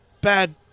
Bad